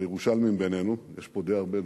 הירושלמים בינינו, יש פה די הרבה,